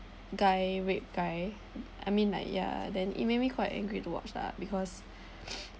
guy raped guy I mean like yeah then it made me quite angry to watch lah because